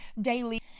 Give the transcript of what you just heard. daily